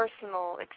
personal